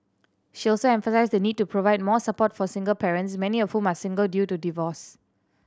she also emphasised the need to provide more support for single parents many of whom are single due to divorce